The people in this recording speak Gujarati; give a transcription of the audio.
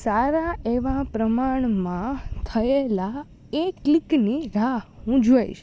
સારા એવા પ્રમાણમાં થયેલા એ ક્લિકની રાહ હું જોઈશ